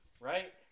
right